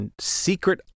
secret